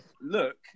Look